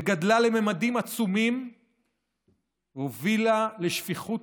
גדלה לממדים עצומים והובילה לשפיכות